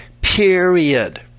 period